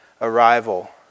arrival